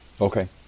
Okay